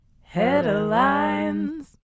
Headlines